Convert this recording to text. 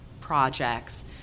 projects